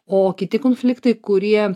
o kiti konfliktai kurie